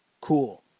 cool